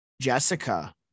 Jessica